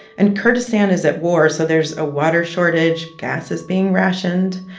and kurdistan is at war, so there's a water shortage. gas is being rationed.